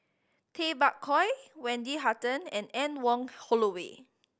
Tay Bak Koi Wendy Hutton and Anne Wong Holloway